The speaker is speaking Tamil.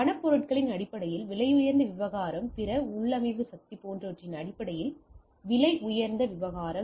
பணப் பொருட்களின் அடிப்படையில் விலையுயர்ந்த விவகாரம் பிற உள்ளமைவு சக்தி போன்றவற்றின் அடிப்படையில் விலை உயர்ந்த விவகாரம்